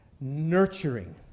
nurturing